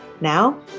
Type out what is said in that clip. Now